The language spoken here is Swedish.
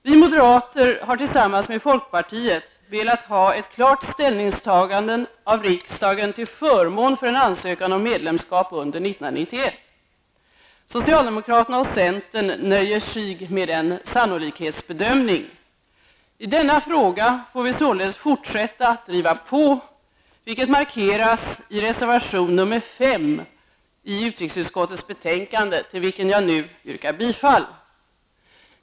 Vi moderater har tillsammans med folkpartiet velat ha ett klart ställningstagande av riksdagen till förmån för en ansökan om medlemskap under 1991. Socialdemokraterna och centern nöjer sig med en sannolikhetsbedömning. I denna fråga får vi således fortsätta att driva på, vilket markeras i reservation nr 5 i utrikesutskottets betänkande UU8, till vilken jag nu yrkar bifall.